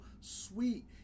sweet